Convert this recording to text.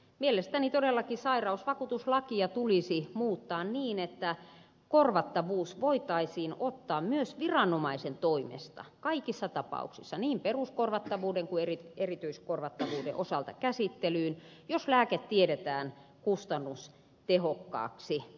mielestäni todellakin sairausvakuutuslakia tulisi muuttaa niin että korvattavuus voitaisiin ottaa myös viranomaisen toimesta kaikissa tapauksissa niin peruskorvattavuuden kuin erityiskorvattavuuden osalta käsittelyyn jos lääke tiedetään kustannustehokkaaksi